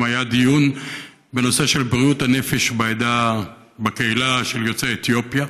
היה דיון בנושא של בריאות הנפש בקהילה של יוצאי אתיופיה.